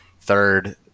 third